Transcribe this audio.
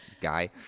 Guy